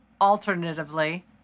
alternatively